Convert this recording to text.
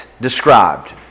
described